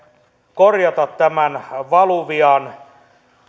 korjata tämän valuvian